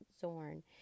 Zorn